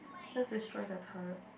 let's destroy their turret